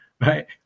Right